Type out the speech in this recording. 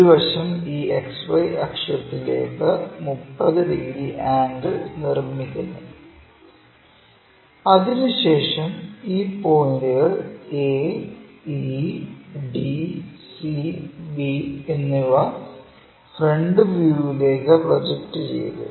ഒരു വശം ഈ XY അക്ഷത്തിലേക്ക് 30 ഡിഗ്രി ആംഗിൾ നിർമ്മിക്കുന്നു അതിനുശേഷം ഈ പോയിന്റുകൾ aedcb എന്നിവ ഫ്രണ്ട് വ്യൂവിലേക്കു പ്രൊജക്റ്റ് ചെയ്തു